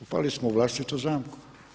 Upali smo u vlastitu zamku.